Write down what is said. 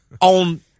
on